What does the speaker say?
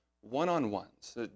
one-on-ones